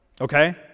Okay